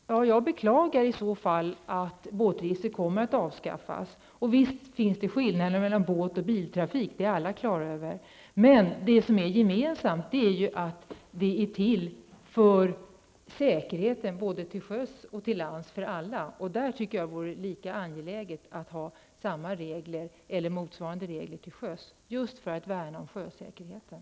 Fru talman! Jag beklagar i så fall att båtregistret kommer att avskaffas. Visst finns det skillnader mellan biltrafik och båttrafik -- det är vi alla på det klara med. Men det som är gemensamt är att registret är till för att garantera säkerheten för alla både till sjöss och till lands. Därför tycker jag att det vore angeläget att ha motsvarande regler till sjöss som till lands, just för att värna om sjösäkerheten.